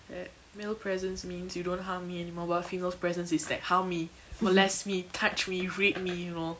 that male presence means you don't harm me anymore but a female's presence is like harm me molest me touch me rape me you know